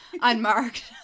unmarked